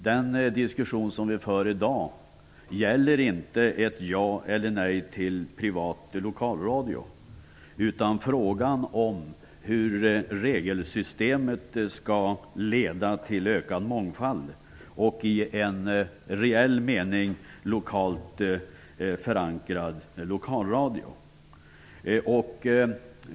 Den diskussion vi för i dag gäller inte ett ja eller nej till privat lokalradio utan frågan om hur regelsystemet skall leda till ökad mångfald och en i reell mening lokalt förankrad lokalradio.